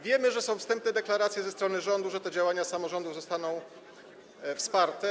Wiemy, że są wstępne deklaracje ze strony rządu, że te działania samorządów zostaną wsparte.